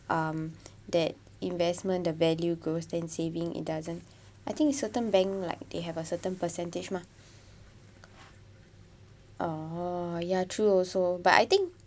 um that investment the value goes then saving it doesn't I think certain bank like they have a certain percentage mah oh ya true also but I think